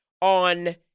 on